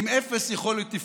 עם אפס יכולת תפקודית,